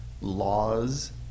laws